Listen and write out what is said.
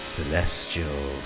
Celestial